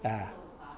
a'ah